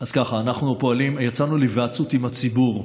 אז ככה: יצאנו להיוועצות עם הציבור,